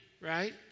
right